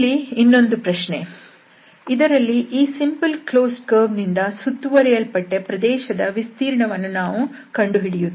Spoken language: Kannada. ಇದು ಇನ್ನೊಂದು ಪ್ರಶ್ನೆ ಇದರಲ್ಲಿ ಈ ಸಿಂಪಲ್ ಕ್ಲೋಸ್ಡ್ ಕರ್ವ್ ನಿಂದ ಸುತ್ತುವರೆಯಲ್ಪಟ್ಟ ಪ್ರದೇಶದ ವಿಸ್ತೀರ್ಣವನ್ನು ನಾವು ಕಂಡು ಹಿಡಿಯುತ್ತೇವೆ